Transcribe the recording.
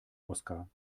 oskar